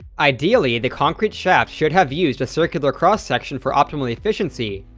ideally, the concrete shaft should have used a circular cross-section for optimal efficiency,